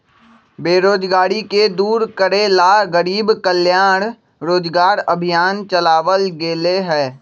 बेरोजगारी के दूर करे ला गरीब कल्याण रोजगार अभियान चलावल गेले है